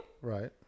Right